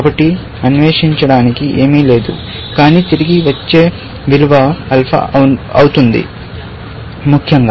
కాబట్టి అన్వేషించడానికి ఏమీ లేదు కానీ తిరిగి వచ్చే విలువ ఆల్ఫా అవుతుంది ముఖ్యంగా